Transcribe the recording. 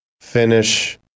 finish